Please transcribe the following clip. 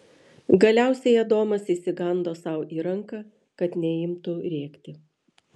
galiausiai adomas įsikando sau į ranką kad neimtų rėkti